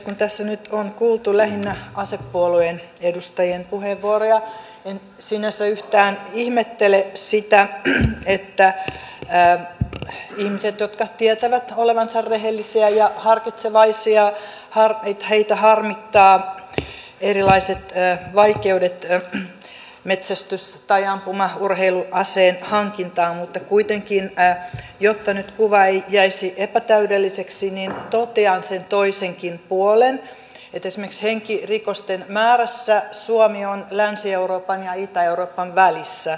kun tässä nyt on kuultu lähinnä asepuolueen edustajien puheenvuoroja en sinänsä yhtään ihmettele sitä että ihmisiä jotka tietävät olevansa rehellisiä ja harkitsevaisia harmittavat erilaiset vaikeudet metsästys tai ampumaurheiluaseen hankinnassa ja jotta nyt kuva ei jäisi epätäydelliseksi kuitenkin totean sen toisenkin puolen että esimerkiksi henkirikosten määrässä suomi on länsi euroopan ja itä euroopan välissä